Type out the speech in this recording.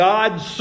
God's